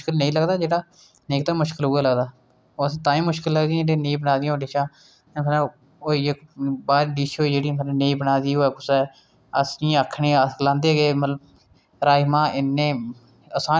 ते उन्ने अपनी जान उस टुट्टे दे पहिये कन्नै जान बचाई ते टुट्टे हुऐ पहिये नै अभिमन्यू दी चर्चा कीती ते उन्ने अपनी जान टुट्टे पहिये कन्नै बचाई ते टुटे हुऐ पहिये नै अभिमन्यु दी रक्षा कीती उन्ने कौरवें कोला जेल्लै अभिमन्यु कल्ला हा ते चाचे ताये ओह्दे